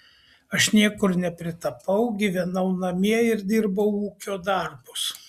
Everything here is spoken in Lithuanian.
aš niekur nepritapau gyvenau namie ir dirbau ūkio darbus